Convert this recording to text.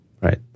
Right